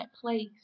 place